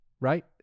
right